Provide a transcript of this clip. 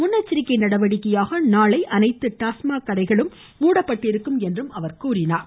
முன்னெச்சரிக்கை நடவடிக்கையாக நாளை அனைத்து டாஸ்மாக் கடைகளும் மூடப்பட்டிருக்கும் என்றும் அவர் குறிப்பிட்டார்